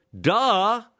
Duh